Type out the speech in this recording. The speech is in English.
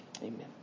Amen